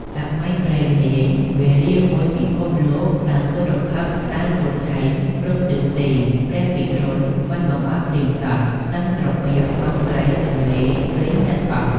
សម័យព្រេងនាយ វេលាមួយ ពិភពលោកកើតទុរភិក្សក្តៅហួតហែងគ្រប់ទិសទី ព្រះពិរុណមិនបង្អុរភ្លៀងសោះ ស្ទឹងត្រពាំង បឹងព្រែកទន្លេរីងទឹកអស់។